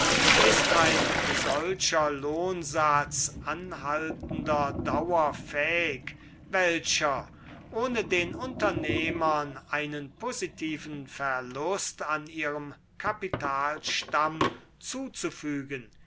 ist ein solcher lohnsatz anhaltender dauer fähig welcher ohne den unternehmern einen positiven verlust an ihrem kapitalstamm zuzufügen